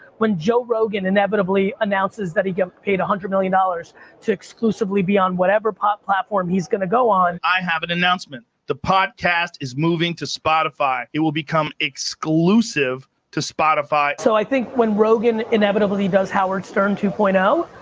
when joe rogan inevitably announces that he got paid a hundred million dollars to exclusively be on whatever pop platform he's going to go on. i have an announcement. the podcast is moving to spotify. it will become exclusive to spotify. so i think when rogan inevitably does howard stern two point um